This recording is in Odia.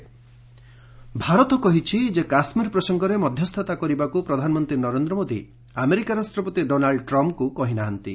ଏମ୍ଇଏ ଟ୍ରମ୍ପ୍ ଭାରତ କହିଛି ଯେ କାଶ୍କୀର ପ୍ରସଙ୍ଗରେ ମଧ୍ୟସ୍ତା କରିବାକୁ ପ୍ରଧାନମନ୍ତ୍ରୀ ନରେନ୍ଦ୍ର ମୋଦୀ ଆମେରିକା ରାଷ୍ଟ୍ରପତି ଡୋନାଲ୍ଡ ଟ୍ରମ୍ଫ୍ଙ୍କୁ କହି ନାହାନ୍ତି